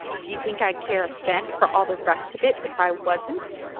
do you think i'd care a cent for all the rest of it if i wasn't?